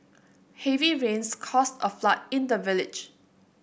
heavy rains caused a flood in the village